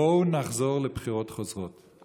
בואו נחזור לבחירות חוזרות.